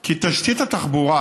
כי תשתית התחבורה,